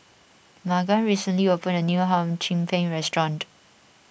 Magan recently opened a new Hum Chim Peng restaurant